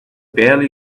barely